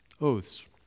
Oaths